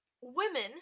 Women